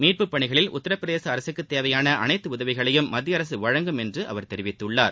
மீட்புப்பணிகளில் உத்தரப்பிரதேச அரகக்கு தேவையான அனைத்து உதவிகளையும் மத்தியஅரசு வழங்கும் என்று அவர் தெரிவித்துள்ளார்